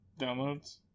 downloads